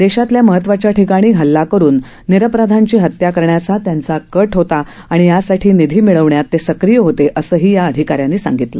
देशातल्या महत्वाच्या ठिकाणी हल्ला करून निरपराधांची हत्या करण्याचा त्यांचा कट होता आणि यासाठी निधी मिळवण्यात ते सक्रीय होते असंही अधिकाऱ्यांनी सांगितलं